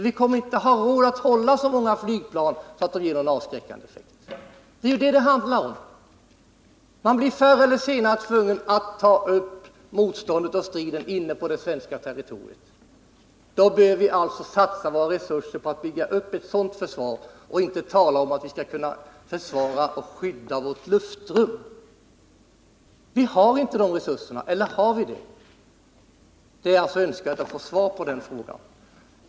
Vi kommer inte att ha råd med att hålla så många flygplan att flygvapnet kan få någon avskräckande effekt. Vi blir förr eller senare tvungna att sätta upp ett stridsmotstånd inne på det svenska territoriet. Vi bör därför satsa våra resurser på att bygga upp ett sådant försvar och inte tala om att vi skall skydda i vårt luftrum. Vi har inte sådana resurser. Eller har vi det? — det är önskvärt att få svar på den frågan.